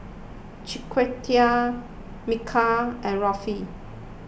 Chiquita Mikal and Ruthe